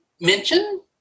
mention